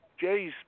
Jay's